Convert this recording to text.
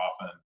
often